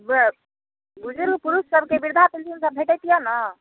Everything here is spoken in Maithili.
ब बुजुर्ग पुरुषसभके वृद्धा पेंशनसभ भेटैत यए ने